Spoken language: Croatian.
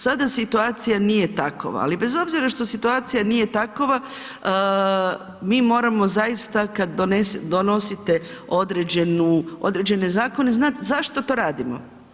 Sada situacija nije takva, ali bez obzira što situacija nije takva mi moramo zaista kad donosite određene zakone znati zašto to radimo.